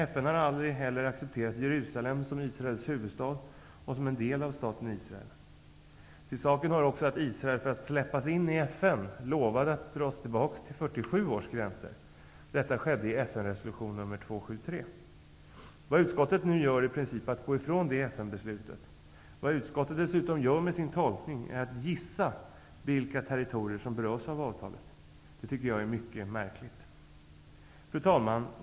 FN har heller aldrig accepterat Jerusalem som Israels huvudstad och som en del av staten Israel. Till saken hör också att Israel, för att släppas in i FN, lovade att dra sig tillbaka till 1947 års gränser. Detta skedde i FN-resolution nr 273. Vad utskottet nu gör är i princip att gå ifrån det FN beslutet! Vad utskottet dessutom gör med sin tolkning är att gissa vilka territorier som berörs av avtalet. Det tycker jag är mycket märkligt! Fru talman!